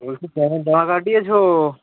বলছি কেমন জামা কাটিয়েছ